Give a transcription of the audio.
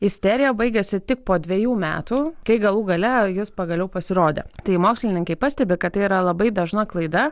isterija baigėsi tik po dvejų metų kai galų gale jis pagaliau pasirodė tai mokslininkai pastebi kad tai yra labai dažna klaida